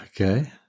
Okay